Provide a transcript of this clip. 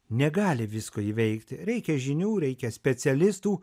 negali visko įveikti reikia žinių reikia specialistų